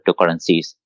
cryptocurrencies